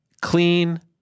Clean